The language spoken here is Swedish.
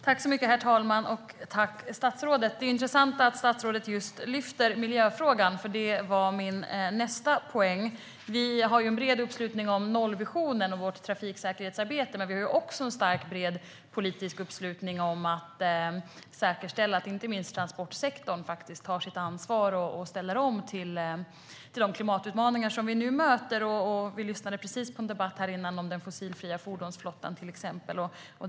Herr talman! Det är intressant att statsrådet lyfter fram miljöfrågan. Det var min nästa poäng. Det finns en bred uppslutning bakom nollvisionen och trafiksäkerhetsarbetet, och det finns också en stark och bred politisk uppslutning för att säkerställa att inte minst transportsektorn tar sitt ansvar och ställer om till klimatutmaningarna. Vi lyssnade på en debatt tidigare om den fossilfria fordonsflottan.